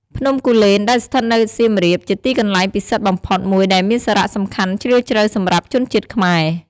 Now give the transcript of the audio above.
ភ្នំគូលែន ដែលស្ថិតនៅសៀមរាប ជាទីកន្លែងពិសិដ្ឋបំផុតមួយដែលមានសារៈសំខាន់ជ្រាលជ្រៅសម្រាប់ជនជាតិខ្មែរ។